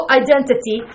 identity